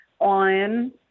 on